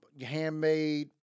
handmade